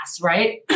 right